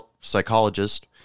psychologist